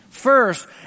First